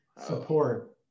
support